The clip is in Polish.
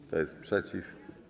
Kto jest przeciw?